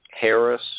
Harris